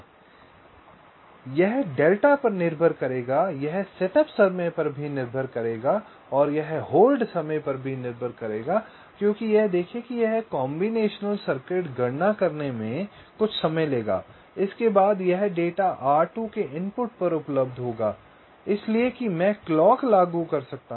इसलिए यह डेल्टा पर निर्भर करेगा यह सेटअप समय पर भी निर्भर करेगा यह होल्ड समय पर भी निर्भर करेगा क्योंकि यह देखें कि यह कॉम्बिनेशन सर्किट गणना करने में कुछ समय लेगा और इसके बाद यह डेटा R2 के इनपुट पर उपलब्ध होगा इसलिए कि मैं क्लॉक लागू कर सकता हूं